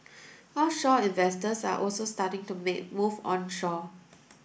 offshore investors are also starting to make move onshore